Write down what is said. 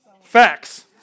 Facts